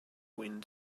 wind